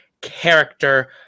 character